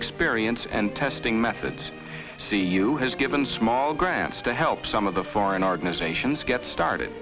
experience and testing method see you has given small grants to help some of the foreign organizations get started